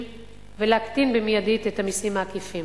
ולהקטין במיידית את המסים העקיפים.